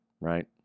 right